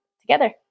together